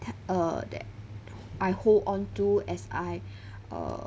th~ err that I hold on to as I err